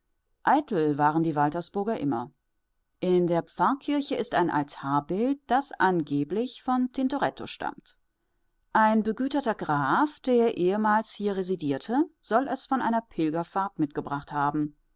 eitel waren die waltersburger immer in der pfarrkirche ist ein altarbild das angeblich von tintoretto stammt ein begüterter graf der ehemals hier residierte soll es von einer pilgerfahrt mitgebracht haben